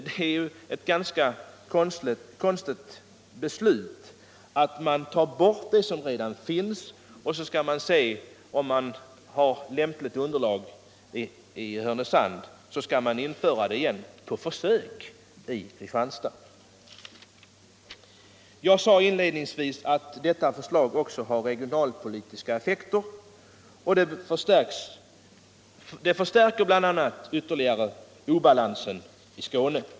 Det är ju ett ganska konstigt beslut att ta bort den utbildning som redan finns, införa motsvarande utbildning i Härnösand, se om det finns lämpligt underlag där och i så fall införa utbildningen igen på försök i Kristianstad. Jag sade inledningsvis att detta förslag också har regionalpolitiska effekter. Det förstärker bl.a. ytterligare obalansen i Skåne.